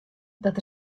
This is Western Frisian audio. dat